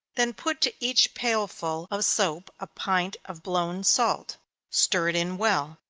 then put to each pailful of soap a pint of blown salt stir it in well.